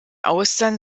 austern